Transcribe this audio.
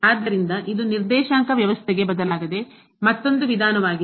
ಆದ್ದರಿಂದ ಇದು ನಿರ್ದೇಶಾಂಕ ವ್ಯವಸ್ಥೆಗೆ ಬದಲಾಗದೆ ಮತ್ತೊಂದು ವಿಧಾನವಾಗಿದೆ